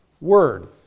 word